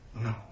No